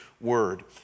Word